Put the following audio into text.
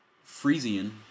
Frisian